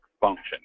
Function